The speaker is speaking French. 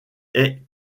est